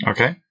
Okay